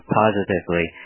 positively